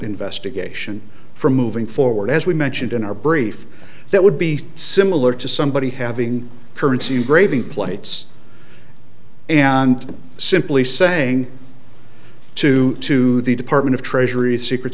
investigation from moving forward as we mentioned in our brief that would be similar to somebody having currency graving plates and simply saying to to the department of treasury secret